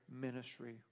ministry